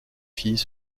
filles